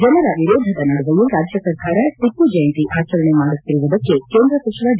ಜನರ ವಿರೋಧದ ನಡುವೆಯೂ ರಾಜ್ಯ ಸರ್ಕಾರ ಟಪ್ಪು ಜಯಂತಿ ಆಚರಣೆ ಮಾಡುತ್ತಿರುವುದಕ್ಕೆ ಕೇಂದ್ರ ಸಚಿವ ಡಿ